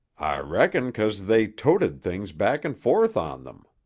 reckon cause they toted things back and forth on them.